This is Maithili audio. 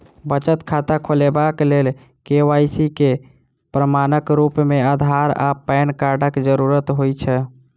बचत खाता खोलेबाक लेल के.वाई.सी केँ प्रमाणक रूप मेँ अधार आ पैन कार्डक जरूरत होइ छै